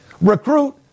recruit